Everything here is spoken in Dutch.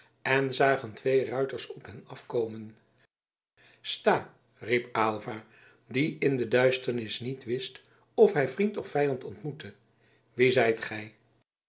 en zagen twee ruiters op hen afkomen sta riep aylva die in de duisternis niet wist of hij vriend of vijand ontmoette wie zijt gij